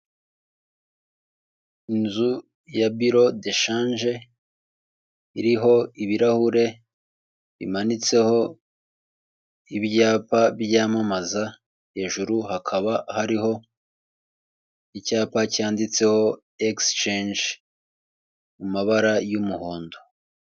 Inzu ya biro de shanje, iriho ibirahure, bimanitseho ibyapa byamamaza, hejuru hakaba hariho icyapa cyanditseho ekisi cenje mu mabara y'umuhondo.